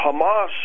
Hamas